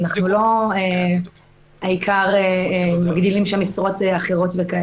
אנחנו לא מגדילים משרות וכו'.